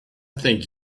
think